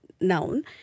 Noun